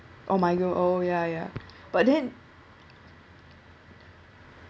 oh migrant oh ya ya but then